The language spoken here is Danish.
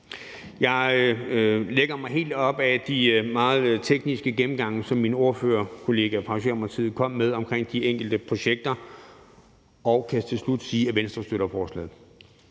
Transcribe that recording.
Jeg lægger mig helt op ad de meget tekniske gennemgange, som min ordførerkollega fra Socialdemokratiet kom med omkring de enkelte projekter, og jeg kan til slut sige, at Venstre støtter forslaget.